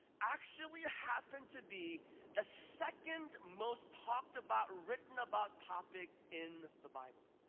actually happen to be the second most talked about, written about topic in the bible.